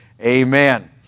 Amen